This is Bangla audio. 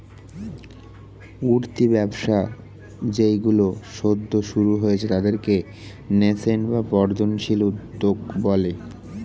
উঠতি ব্যবসা যেইগুলো সদ্য শুরু হয়েছে তাদেরকে ন্যাসেন্ট বা বর্ধনশীল উদ্যোগ বলে